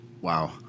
Wow